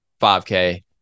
5K